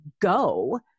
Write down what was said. go